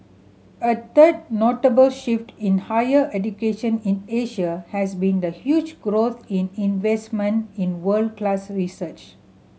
a third notable shift in higher education in Asia has been the huge growth in investment in world class research